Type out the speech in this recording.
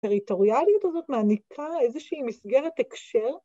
‫הטריטוריאליות הזאת מעניקה ‫איזושהי מסגרת הקשר.